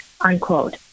unquote